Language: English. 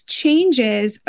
changes